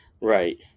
right